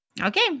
Okay